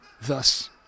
thus